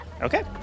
okay